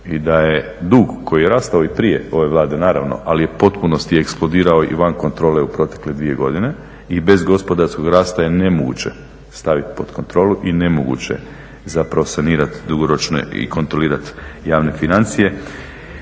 i da je dug koji je rastao i prije ove Vlade naravno, ali je u potpunosti eksplodirao i van kontrole u protekle 2 godine, i bez gospodarskog rasta je nemoguće staviti pod kontrolu i nemoguće zapravo sanirati dugoročne i kontrolirat javne financije.